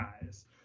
guys